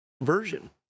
version